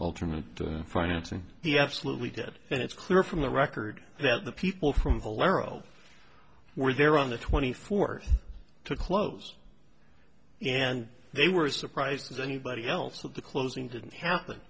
alternate financing he absolutely did and it's clear from the record that the people from valero were there on the twenty fourth to close and they were surprised as anybody else that the closing didn't happen